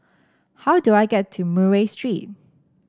how do I get to Murray Street